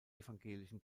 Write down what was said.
evangelischen